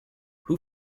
who